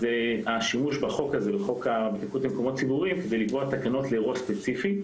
השימוש בחוק הזה נועד לקבוע תקנות לאירוע ספציפי.